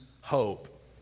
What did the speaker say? hope